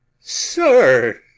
sir